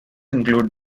include